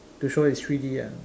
to show it's three-D lah